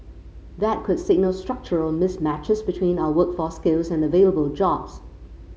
that could signal structural mismatches between our workforce skills and available jobs